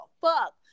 fuck